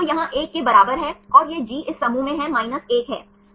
तो यह 1 के बराबर है और यह G इस समूह में है 1 है